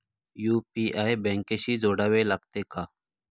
UPI बँकेशी जोडावे लागते का?